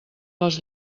les